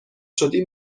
شدی